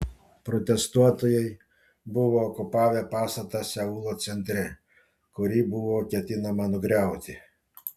protestuotojai buvo okupavę pastatą seulo centre kurį buvo ketinama nugriauti